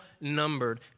numbered